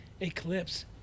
Eclipse